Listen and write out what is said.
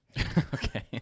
Okay